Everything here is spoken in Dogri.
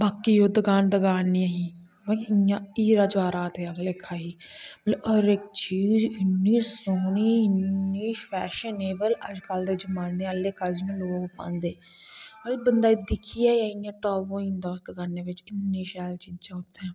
बाकी ओह् दकान दकान नेई ऐ ही मतलब कि हीरा जेबरात आहले लेखा ही मतलब हर इक चीज इन्नी् सोह्नी इन्नी फैशनएबल अजकल दे जमाने आहले लेखा लोग पांदे मतलब बंदा दिक्खये इयां टांऔ होई जंदा उस दकाने बिच मतलब इनी शैल चीजां उस दकाने बिच